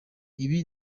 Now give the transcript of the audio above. ibi